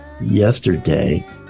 yesterday